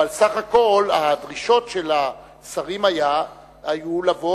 אבל סך הכול הדרישות של השרים היו לבוא